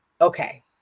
Okay